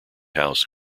house